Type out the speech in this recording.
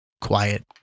Quiet